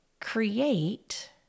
create